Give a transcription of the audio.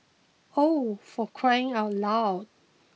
oh for crying out loud